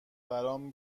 برام